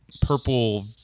purple